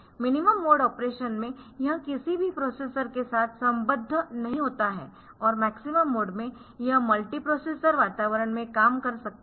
minimum mode operation में यह किसी भी प्रोसेसर के साथ संबद्ध नहीं होता है और मैक्सिमम मोड में यह मल्टीप्रोसेसर वातावरण में काम कर सकता है